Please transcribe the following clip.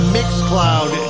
Mixcloud